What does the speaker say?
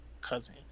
Cousin